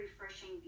refreshing